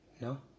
No